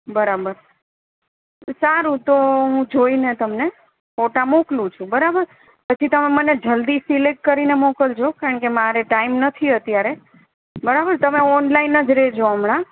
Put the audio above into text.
બરાબર તો સારું તો હું જોઈને તમને ફોટા મોકલું છું બરાબર પછી તમે મને જલદી સિલેકટ કરીને મોકલજો કારણ કે મારે ટાઇમ નથી અત્યારે બરાબર તમે ઓનલાઇન જ રહેજો હમણાં